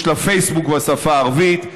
יש לה פייסבוק בשפה הערבית,